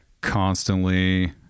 constantly